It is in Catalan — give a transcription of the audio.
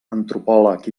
antropòleg